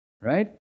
right